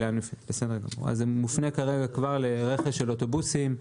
הוא מופנה כרגע כבר לרכש של אוטובוסים.